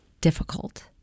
difficult